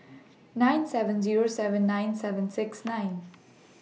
nine seven Zero seven nine seven six nine